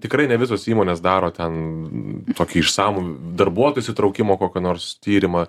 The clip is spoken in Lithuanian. tikrai ne visos įmonės daro ten tokį išsamų darbuotojų įsitraukimo kokio nors tyrimą